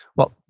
well,